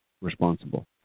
responsible